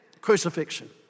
crucifixion